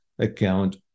account